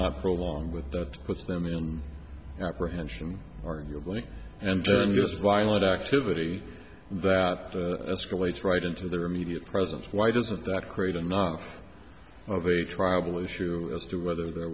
not for along with that puts them in apprehension arguably and yes violent activity that escalates right into their immediate presence why doesn't that create enough of a tribal issue as to whether there